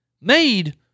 made